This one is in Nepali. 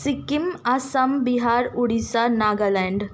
सिक्किम आसाम बिहार ओडिसा नागाल्यान्ड